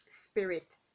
spirit